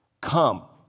Come